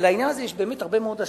לעניין הזה יש באמת הרבה מאוד השלכות.